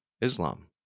Islam